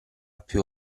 piú